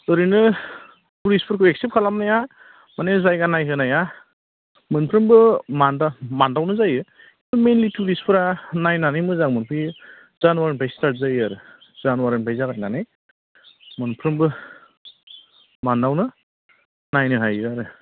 ओरैनो टुरिस्टफोरखौ एक्सेप्ट खालामनाया माने जायगा नायहोनाया मोनफ्रोमबो मान्थआवनो जायो मेनलि टुरिस्टफोरा नायनानै मोजां मोनफैयो जानुवारिनिफ्राय स्टार्ट जायो आरो जानुवारिनिफ्राय जागायनानै मोनफ्रोमबो मान्थआवनो नायनो हायो आरो